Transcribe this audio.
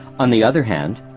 on the other hand,